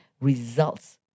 results